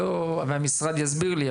והמשרד יסביר לי,